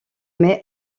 mai